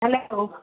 hello